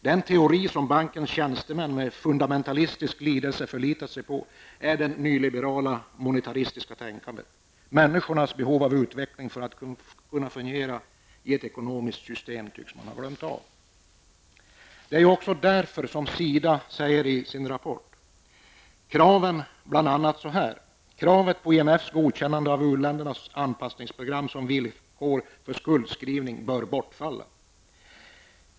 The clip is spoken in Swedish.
Den teori som bankens tjänstemän med fundamentalistisk lidelse förlitat sig på är det nyliberala monetaristiska tänkandet. Människornas behov av utveckling för att kunna fungera i ett ekonomiskt system har man glömt av. Det är också därför SIDA säger i sin rapport att kraven på IMFs godkännande av u-ländernas anpassningsprogram som villkor för skuldskrivning bör bortfalla.